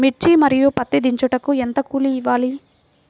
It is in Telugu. మిర్చి మరియు పత్తి దించుటకు ఎంత కూలి ఇవ్వాలి?